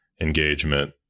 engagement